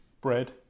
bread